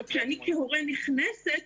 כשאני כהורה נכנסת,